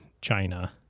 China